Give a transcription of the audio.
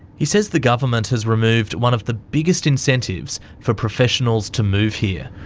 he says the government has removed one of the biggest incentives for professionals to move here.